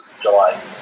July